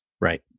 right